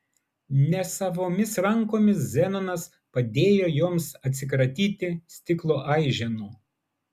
nesavomis rankomis zenonas padėjo joms atsikratyti stiklo aiženų